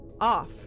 off